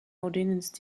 ordnance